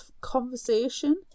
conversation